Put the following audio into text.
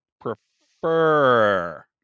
prefer